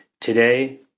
today